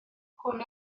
hwn